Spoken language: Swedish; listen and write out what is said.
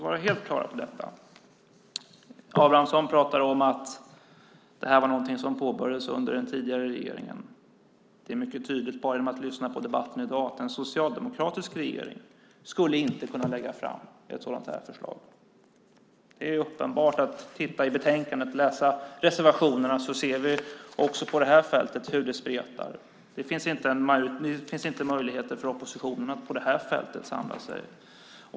Karl Gustav Abramsson talade om att det här var något som påbörjades under den tidigare regeringen. När man lyssnar på debatten i dag står det helt klart att en socialdemokratisk regering inte skulle kunna lägga fram ett sådant här förslag. När man tittar i betänkandet och läser reservationerna är det uppenbart hur det spretar också på det här fältet. Det finns inga möjligheter för oppositionen att samla sig.